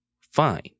fine